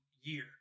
year